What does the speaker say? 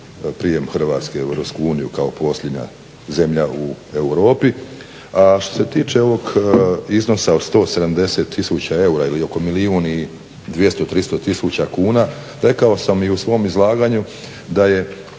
Hrvatske u EU kao posljednja zemlja u Europi. A što se tiče ovog iznosa od 170 tisuća eura ili oko milijun 200, 300 tisuća kuna rekao sam i u svom izlaganju da je